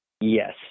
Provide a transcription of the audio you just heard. Yes